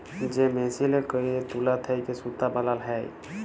যে মেসিলে ক্যইরে তুলা থ্যাইকে সুতা বালাল হ্যয়